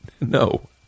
No